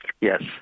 Yes